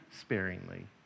sparingly